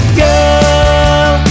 girl